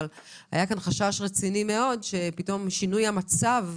אבל היה כאן חשש רציני מאוד ששינוי המצב,